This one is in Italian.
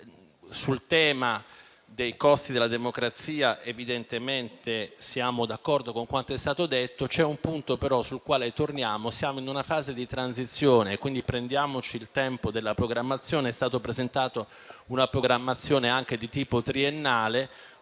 sul tema dei costi della democrazia siamo d'accordo con quanto è stato detto; vi è però un punto sul quale torniamo. Siamo in una fase di transizione, quindi prendiamoci il tempo della programmazione; è stata presentata anche una programmazione di tipo triennale